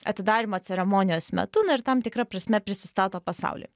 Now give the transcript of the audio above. atidarymo ceremonijos metu na ir tam tikra prasme prisistato pasauliui